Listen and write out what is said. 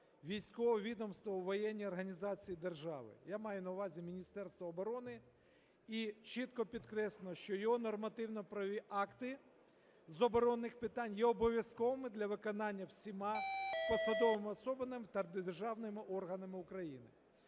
військового відомства у воєнній організації держави, я маю на увазі Міністерство оборони, і чітко підкреслено, що його нормативно-правові акти з оборонних питань є обов'язковими для виконання всіма посадовими особами та державними органами України.